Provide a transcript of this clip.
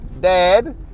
Dad